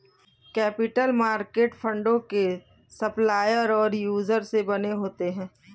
capital market फंडों के supplier और यूजर से बने होते हैं